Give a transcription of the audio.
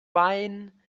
wine